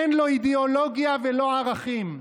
אין לו אידיאולוגיה ולא ערכים.